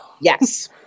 Yes